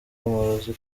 amarozi